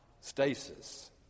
stasis